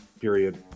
period